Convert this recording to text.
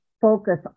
focus